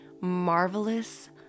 marvelous